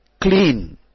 clean